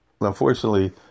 Unfortunately